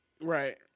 Right